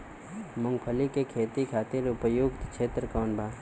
मूँगफली के खेती खातिर उपयुक्त क्षेत्र कौन वा?